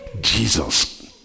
Jesus